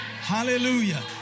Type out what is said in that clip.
Hallelujah